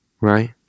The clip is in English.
right